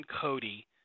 Cody